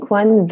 one